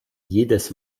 jedes